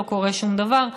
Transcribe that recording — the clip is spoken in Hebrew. לא קורה שום דבר.